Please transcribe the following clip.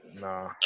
Nah